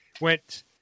went